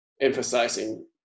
emphasizing